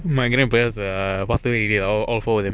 my grandparents are all past away already all four of them